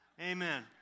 Amen